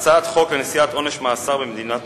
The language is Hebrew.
הצעת חוק לנשיאת עונש מאסר במדינת